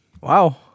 Wow